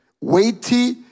weighty